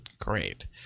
Great